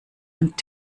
und